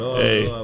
hey